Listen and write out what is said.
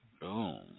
Boom